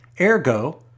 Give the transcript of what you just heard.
Ergo